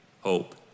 hope